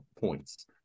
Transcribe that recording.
points